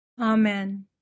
Amen